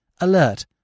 Alert